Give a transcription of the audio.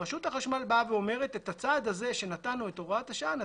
רשות החשמל אומרת שהצעד של הוראת השעה היא